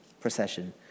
procession